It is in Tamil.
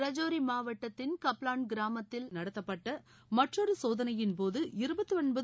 ரஜோரி மாவட்டத்தின் கப்லான் கிராமத்தில் நடத்தப்பட்ட மற்றொரு சோதனையின்போது இருபத்தொன்பது